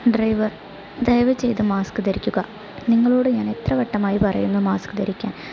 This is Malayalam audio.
ഡ്രൈവർ ദയവ് ചെയ്ത് മാസ്ക് ധരിക്കുക നിങ്ങളോട് ഞാൻ എത്ര വട്ടമായി പറയുന്നു മാസ്ക് ധരിക്കാൻ